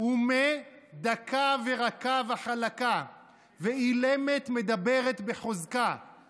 "ומה דקה ורקה וחלקה / ואילמת מדברת בחוזקה /